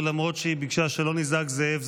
ולמרות שהיא ביקשה שלא נזעק "זאב,